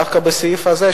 דווקא בסעיף הזה,